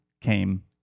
came